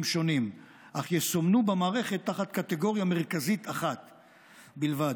שונים אך יסומנו במערכת תחת קטגוריה מרכזית אחת בלבד.